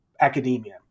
academia